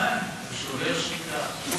הוא שומר שתיקה.